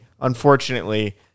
unfortunately